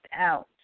out